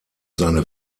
seine